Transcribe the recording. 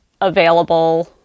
available